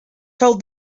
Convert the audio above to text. told